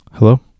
hello